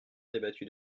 débattu